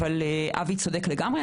אבי צרפתי צודק לגמרי,